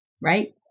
right